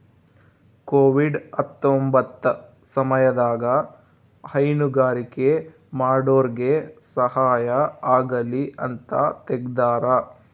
Covid ಹತ್ತೊಂಬತ್ತ ಸಮಯದಾಗ ಹೈನುಗಾರಿಕೆ ಮಾಡೋರ್ಗೆ ಸಹಾಯ ಆಗಲಿ ಅಂತ ತೆಗ್ದಾರ